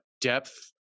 depth